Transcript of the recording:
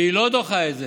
והיא לא דוחה את זה,